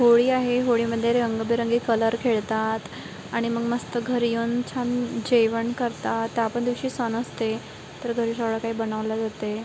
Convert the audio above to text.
होळी आहे होळीमध्ये रंगीबेरंगी कलर खेळतात आणि मग मस्त घरी येऊन छान जेवण करतात त्या पण दिवशी सण असते तर घरी काही बनवलं जाते